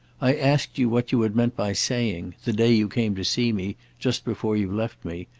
i asked you what you had meant by saying, the day you came to see me, just before you left me,